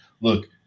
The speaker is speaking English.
look